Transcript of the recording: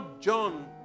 John